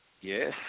Yes